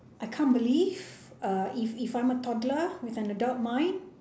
I can't believe uh if if I'm a toddler with an adult mind